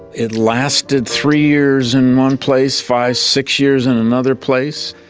it lasted three years in one place, five, six years in another place,